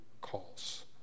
calls